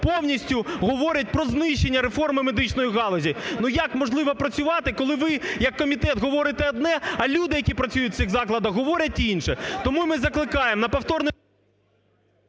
повністю говорять про знищення реформи медичної галузі. Ну як можливо працювати, коли ви як комітет говорите одне, а люди, які працюють в цих закладах, говорять інше? Тому ми закликаємо на повторне…